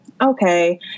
okay